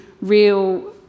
real